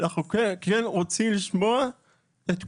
אנחנו כן רוצים לשמוע את כולם.